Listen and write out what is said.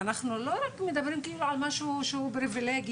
ואנחנו לא מדברים על משהו שהוא פריבילגיה.